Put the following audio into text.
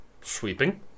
sweeping